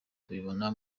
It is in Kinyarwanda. tubibona